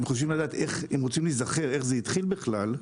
אם רוצים להיזכר איך זה התחיל בכלל,